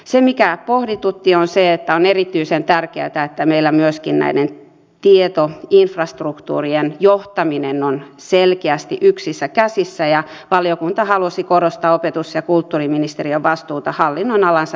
se mikä pohditutti on se että on erityisen tärkeätä että meillä myöskin näiden tietoinfrastruktuurien johtaminen on selkeästi yksissä käsissä ja valiokunta halusi korostaa opetus ja kulttuuriministeriön vastuuta hallinnonalansa tietoinfrastruktuurin kehittämisessä